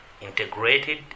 integrated